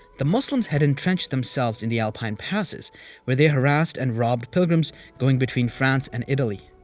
the muslims had entrenched themselves in the alpine passes where they harassed and robbed pilgrims going between francia and italy.